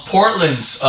Portland's